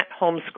homeschool